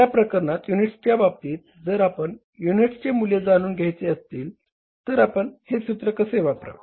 त्या प्रकरणात युनिट्सच्या बाबतीत जर आपणास युनिट्सचे मूल्य जाणून घ्यायचे असतील तर आपण हे सूत्र कसे वापरावे